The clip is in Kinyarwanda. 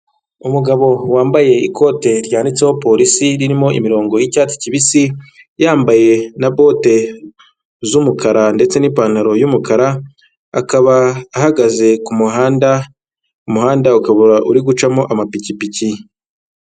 Umugabo wambaye ikote ryanditseho polisi ririmo imirongo y'icyatsi kibisi, yambaye na bote z'umukara ndetse n'ipantaro y'umukara, akaba ahagaze ku muhanda, umuhanda ukaba uri gucamo amapikipiki.